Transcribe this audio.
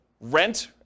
rent